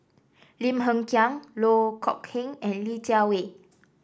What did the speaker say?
Lim Hng Kiang Loh Kok Heng and Li Jiawei